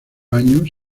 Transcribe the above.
años